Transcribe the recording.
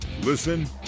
Listen